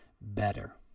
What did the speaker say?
better